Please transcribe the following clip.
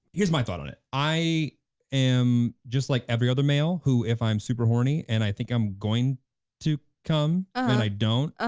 here's my thought on it, i am just like every other male who if i'm super horny and i think i'm going to cum and i don't, ah